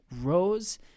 Rose